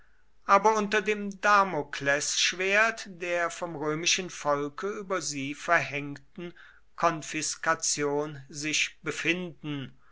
aber unter dem damoklesschwert der vom römischen volke über sie verhängten konfiskation sich befinden